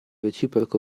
reciproca